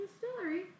distillery